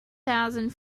thousand